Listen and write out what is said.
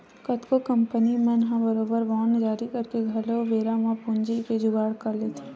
कतको कंपनी मन ह बरोबर बांड जारी करके घलो बेरा म पूंजी के जुगाड़ कर लेथे